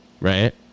right